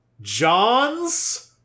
John's